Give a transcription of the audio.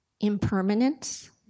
impermanence